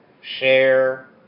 share